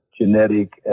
genetic